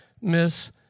Miss